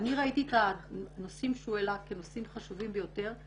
אני ראיתי את הנושאים שהוא העלה כנושאים חשובים ביותר.